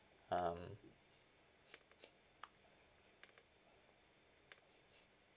um